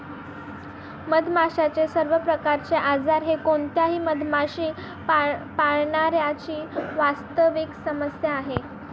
मधमाशांचे सर्व प्रकारचे आजार हे कोणत्याही मधमाशी पाळणाऱ्या ची वास्तविक समस्या आहे